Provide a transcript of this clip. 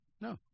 no